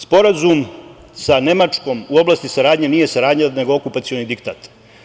Sporazum sa Nemačkom u oblasti saradnje nije saradnja nego okupacioni diktat.